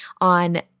on